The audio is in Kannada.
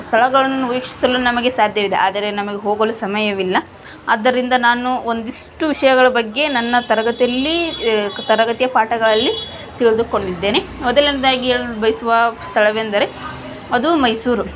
ಸ್ಥಳಗಳನ್ನು ವೀಕ್ಷಿಸಲು ನಮಗೆ ಸಾಧ್ಯವಿದೆ ಆದರೆ ನಮಗೆ ಹೋಗಲು ಸಮಯವಿಲ್ಲ ಆದ್ದರಿಂದ ನಾನು ಒಂದಿಷ್ಟು ವಿಷಯಗಳ ಬಗ್ಗೆ ನನ್ನ ತರಗತಿಯಲ್ಲಿ ತರಗತಿಯ ಪಾಠಗಳಲ್ಲಿ ತಿಳಿದುಕೊಂಡಿದ್ದೇನೆ ಮೊದಲನೇಯದಾಗಿ ಹೇಳಲು ಬಯಸುವ ಸ್ಥಳವೆಂದರೆ ಅದು ಮೈಸೂರು